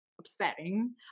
upsetting